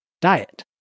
diet